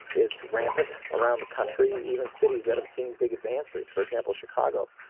it's rampant around the country. even cities that have seen big advances, for example chicago,